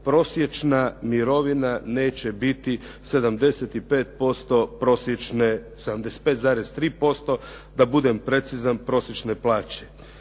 prosječna mirovina neće biti 75,3% da budem precizan prosječne plaće.